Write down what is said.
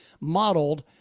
modeled